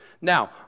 Now